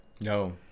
no